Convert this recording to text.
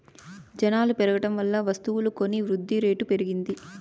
జనాలు పెరగడం వల్ల వస్తువులు కొని వృద్ధిరేటు పెరిగింది